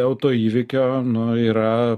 autoįvykio nu yra